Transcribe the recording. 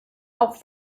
auch